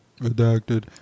Redacted